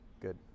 Good